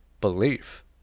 belief